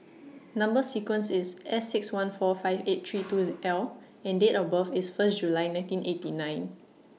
Number sequence IS S six one four five eight three two L and Date of birth IS First July nineteen eighty nine